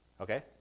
Okay